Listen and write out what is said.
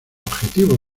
objetivos